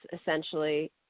essentially